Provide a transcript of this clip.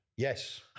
Yes